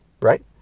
right